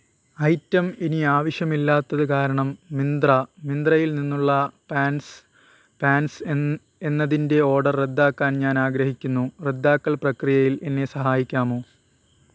item ഇനി ആവശ്യമില്ലാത്തതു കാരണം മിന്ത്ര മിന്ത്രയിൽ നിന്നുള്ള പാന്റ്സ് പാന്റ്സ് എന് എന്നതിന്റെ ഓഡർ റദ്ദാക്കാൻ ഞാൻ ആഗ്രഹിക്കുന്നു റദ്ദാക്കൽ പ്രക്രിയയിൽ എന്നെ സഹായിക്കാമോ